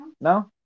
No